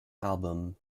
album